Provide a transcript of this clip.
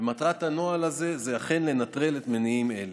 ומטרת הנוהל הזה זה אכן לנטרל מניעים אלה.